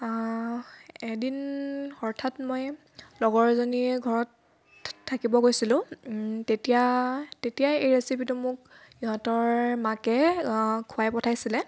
এদিন হথাৎ মই লগৰ এজনীৰ ঘৰত থাকিব গৈছিলোঁ তেতিয়া তেতিয়া এই ৰেচিপিটো মোক সিহঁতৰ মাকে খোৱাই পঠাইছিলে